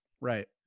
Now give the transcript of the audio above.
right